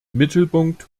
mittelpunkt